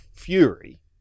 fury